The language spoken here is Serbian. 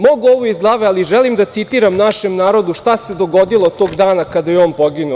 Mogu ovo iz glave, ali želim da citiram našem narodu šta se dogodilo tog dana kada je on poginuo.